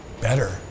better